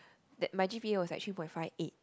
that my g_p_a was like three point five eight